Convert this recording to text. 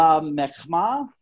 mechma